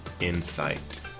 insight